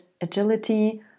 agility